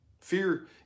Fear